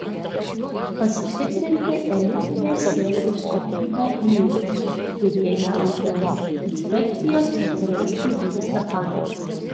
pasitikrinti elitinės sėklos kokybę į ūkius kurie ją augina inspekcijos specialistai vyksta patys